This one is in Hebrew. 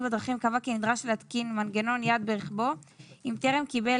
בדרכים קבע כי נדרש להתקין מנגנון יד ברכבו אם טרם קיבל